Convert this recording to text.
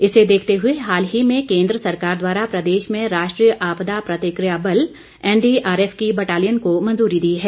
इसे देखते हुए हाल ही में केंद्र सरकार द्वारा प्रदेश में राष्ट्रीय आपदा प्रतिक्रिया बल एनडीआरएफ की बटालियन को मंजूरी दी है